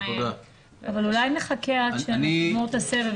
אולי נחכה עד שנגמור את הסבב.